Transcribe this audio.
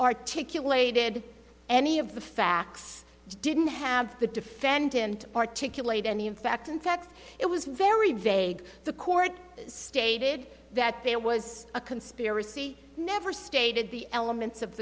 articulated any of the facts didn't have the defendant articulate any in fact in fact it was very vague the court stated that there was a conspiracy never stated the elements of